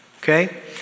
okay